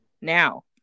Now